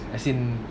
as in